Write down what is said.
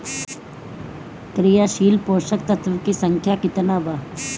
क्रियाशील पोषक तत्व के संख्या कितना बा?